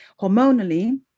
hormonally